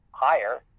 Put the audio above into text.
Higher